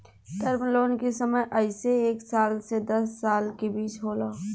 term loan के समय अइसे एक साल से दस साल के बीच होला